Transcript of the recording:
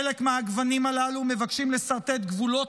חלק מהגוונים הללו מבקשים לסרטט גבולות